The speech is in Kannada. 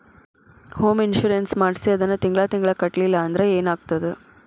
ಹೊಮ್ ಇನ್ಸುರೆನ್ಸ್ ಮಾಡ್ಸಿ ಅದನ್ನ ತಿಂಗ್ಳಾ ತಿಂಗ್ಳಾ ಕಟ್ಲಿಲ್ಲಾಂದ್ರ ಏನಾಗ್ತದ?